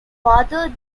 father